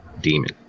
demon